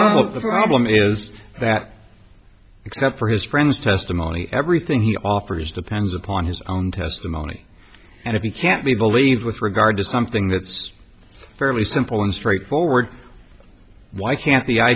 problem is that except for his friends testimony everything he offers depends upon his own testimony and if he can't be believed with regard to something that's fairly simple and straightforward why can't the i